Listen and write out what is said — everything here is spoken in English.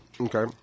Okay